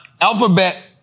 Alphabet